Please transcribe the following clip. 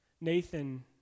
Nathan